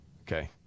Okay